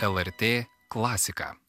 lrt klasika